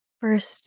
First